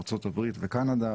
מארצות הברית וקנדה,